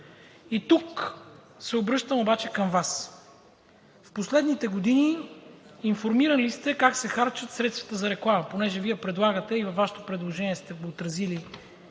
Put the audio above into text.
И тук се обръщам обаче към Вас: в последните години информиран ли сте как се харчат средствата за реклама, понеже Вие предлагате и сте го отразили